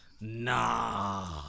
Nah